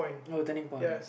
oh turning point